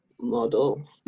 Model